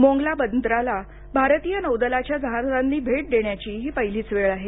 मोंगला बंदराला भारतीय नौदलाच्या जहाजांनी भेट देण्याची ही पहिलीच वेळ आहे